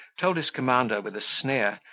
told his commander, with a sneer,